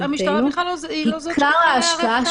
עיקר ההשקעה --- המשטרה היא בכלל לא זאת שאמורה להיערך כאן בתקנות.